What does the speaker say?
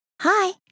Hi